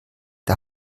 der